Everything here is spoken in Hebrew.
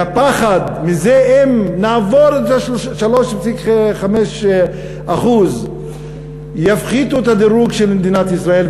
והפחד מזה שאם נעבור את ה-3.5% יפחיתו את הדירוג של מדינת ישראל,